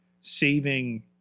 saving